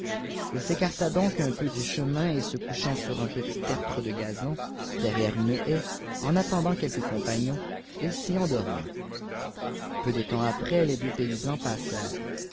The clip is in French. il s'écarta donc un peu du chemin et se couchant sur un petit tertre de gazon derrière une haie en attendant quelque compagnon il s'y endormit peu de temps après les deux paysans